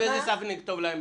באיזה שפה נכתוב להם?